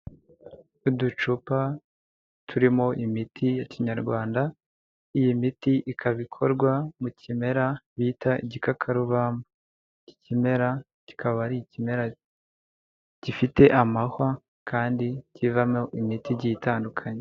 Uducupa turimo imiti ya kinyarwanda ,iyi miti ikaba ikorwa mu kimera bita igikakarubamba . Iki kimera kikaba ari ikimera gifite amahwa kandi kivamo imiti igiye itandukanye.